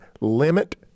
limit